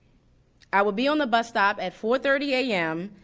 i would be on the bus stop at four thirty a m.